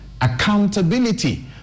accountability